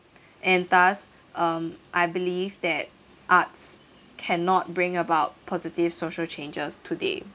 and thus um I believe that arts cannot bring about positive social changes today